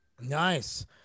nice